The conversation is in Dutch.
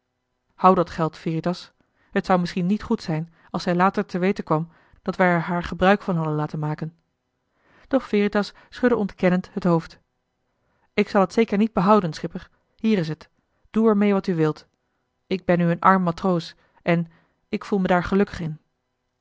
houd dat geld veritas t zou misschien niet goed zijn als zij later te weten kwam dat wij er haar gebruik van hadden laten maken doch veritas schudde ontkennend het hoofd joh h been paddeltje de scheepsjongen van michiel de ruijter ik zal het zeker niet behouden schipper hier is het doe er mee wat u wilt ik ben nu een arm matroos en ik voel me daar gelukkig in